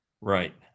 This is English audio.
Right